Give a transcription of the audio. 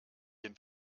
den